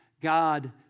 God